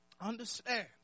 Understand